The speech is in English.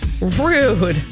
Rude